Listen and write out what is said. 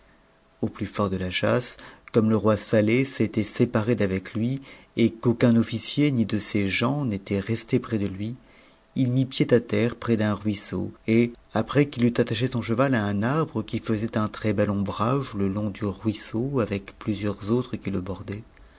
au plus fort de la chasse comme le roi sateh s'était séparé d'avec lui et qu'aucun onïcier ni de ses gens n'était resté près de lui il mit pied à terre près d'un ruisseau et après qu'il eut attaché son cheval à un arbre qui faisait un très bel ombrage le long du ruisseau avec plusieurs autres qui